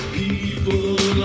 people